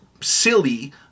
silly